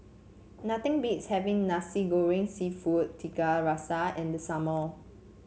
nothing beats having Nasi Goreng seafood Tiga Rasa in the summer